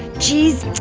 geeze,